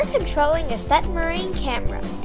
controlling a submarine camera.